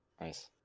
nice